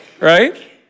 right